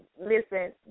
listen